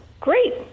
great